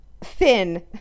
thin